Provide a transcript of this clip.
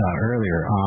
earlier